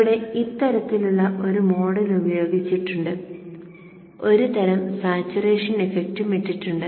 ഇവിടെ ഇത്തരത്തിലുള്ള ഒരു മോഡൽ ഉപയോഗിച്ചിട്ടുണ്ട് ഒരുതരം സാച്ചുറേഷൻ ഇഫക്റ്റും ഇട്ടിട്ടുണ്ട്